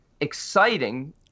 exciting